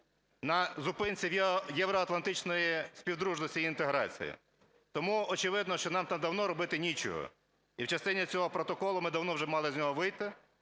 на зупинці Євроатлантичної співдружності й інтеграції. Тому очевидно, що нам там давно робити нічого і в частині цього протоколу, ми давно вже мали з нього вийти